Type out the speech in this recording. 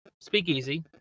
speakeasy